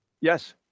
Yes